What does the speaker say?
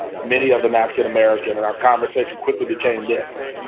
ah many of them african-american. and our conversation quickly became this.